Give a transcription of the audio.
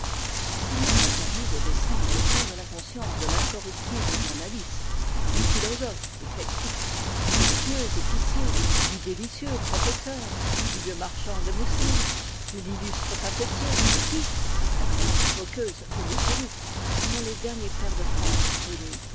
s'il m'était permis de descendre au fond de la conscience de l'incorruptible journaliste du philosophe éclectique du vertueux épicier du délicieux professeur du vieux marchand de mousseline de l'illustre papetier qui par la grâce moqueuse de louis-philippe sont les derniers pairs de france venus